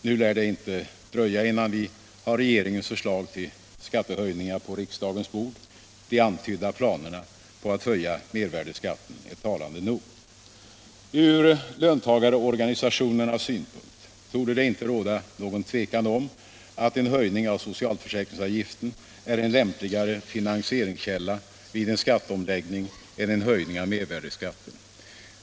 Nu lär det inte dröja innan vi har regeringens förslag till skattehöjningar på riksdagens bord. De antydda planerna på att höja mervärdeskatten är talande nog. Från löntagarorganisationernas synpunkt torde det inte råda något tvivel om att en höjning av socialförsäkringsavgiften är en lämpligare finansieringskälla vid en skatteomläggning än en höjning av mervärdeskatten.